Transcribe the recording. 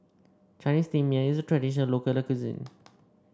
Chinese Steamed Yam is a traditional local cuisine